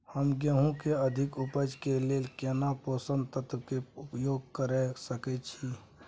हम गेहूं के अधिक उपज के लेल केना पोषक तत्व के उपयोग करय सकेत छी?